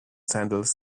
sandals